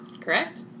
Correct